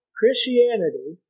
Christianity